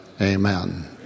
amen